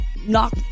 knock